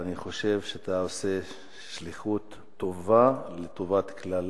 ואני חושב שאתה עושה שליחות טובה לטובת כלל